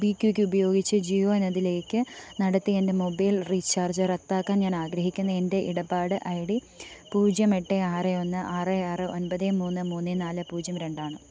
MobiKwik ഉപയോഗിച്ച് ജിയോ എന്നതിലേക്ക് നടത്തിയെൻ്റെ മൊബൈൽ റീചാർജ് റദ്ദാക്കാൻ ഞാനാഗ്രഹിക്കുന്നു എൻ്റെ ഇടപാട് ഐ ഡി പൂജ്യം എട്ട് ആറ് ഒന്ന് ആറ് ആറ് ഒൻപത് മൂന്ന് മൂന്ന് നാല് പൂജ്യം രണ്ടാണ്